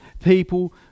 people